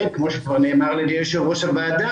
וכמו שכבר נאמר על ידי יו"ר הוועדה,